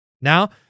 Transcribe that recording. Now